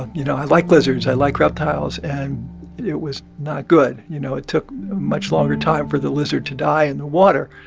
you know, i like lizards. i like reptiles. and it was not good. you know, it took much longer time for the lizard to die in the water.